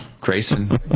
Grayson